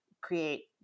create